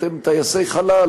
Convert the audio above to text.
אתם טייסי חלל,